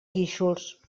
guíxols